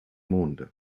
monde